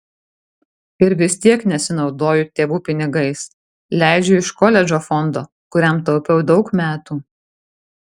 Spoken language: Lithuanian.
ir vis tiek nesinaudoju tėvų pinigais leidžiu iš koledžo fondo kuriam taupiau daug metų